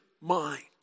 mind